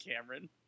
Cameron